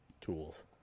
Tools